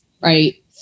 right